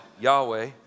Yahweh